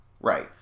Right